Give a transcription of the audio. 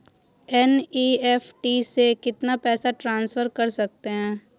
NEFT से कितना पैसा ट्रांसफर कर सकते हैं?